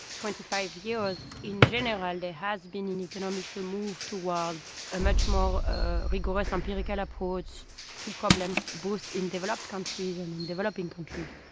twenty five years, in general, there has been, in economics, a move towards a much more ah rigorous, empirical ah approach to problems, both in developed countries and in developing countries.